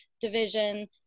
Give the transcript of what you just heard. division